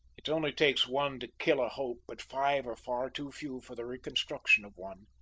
it only takes one to kill a hope but five are far too few for the reconstruction of one.